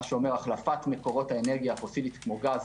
מה שאומר החלפת מקורות האנרגיה ה- -- כמו גז,